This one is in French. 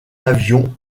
avions